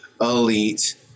elite